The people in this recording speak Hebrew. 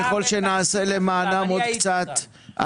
ככל שנעשה למענם עוד קצת,